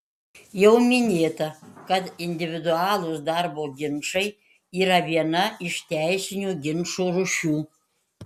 jau minėta kad individualūs darbo ginčai yra viena iš teisinių ginčų rūšių